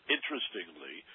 Interestingly